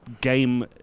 game